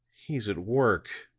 he's at work,